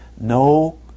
no